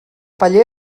paller